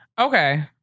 okay